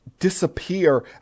disappear